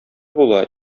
була